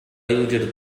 يوجد